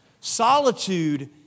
Solitude